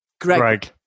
Greg